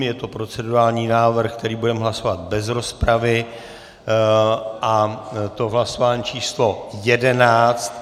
Je to procedurální návrh, který budeme hlasovat bez rozpravy, a to v hlasování číslo jedenáct.